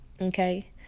Okay